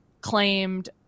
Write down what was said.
claimed